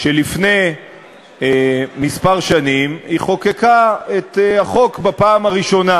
שלפני כמה שנים היא חוקקה את החוק בפעם הראשונה.